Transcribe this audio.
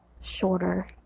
shorter